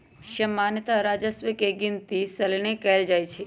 सामान्तः राजस्व के गिनति सलने कएल जाइ छइ